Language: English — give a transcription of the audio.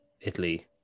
Italy